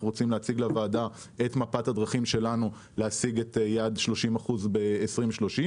רוצים להציג לוועדה את מפת הדרכים שלנו להשיג את יעד 30% ב-2030.